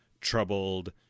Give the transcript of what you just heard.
troubled